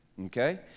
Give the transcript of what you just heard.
Okay